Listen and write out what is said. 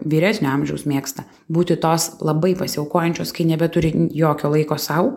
vyresnio amžiaus mėgsta būti tos labai pasiaukojančios kai nebeturi jokio laiko sau